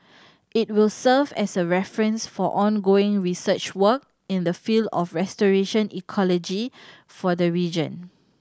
it will serve as a reference for ongoing research work in the field of restoration ecology for the region